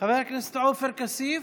חבר הכנסת עופר כסיף,